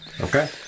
Okay